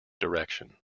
direction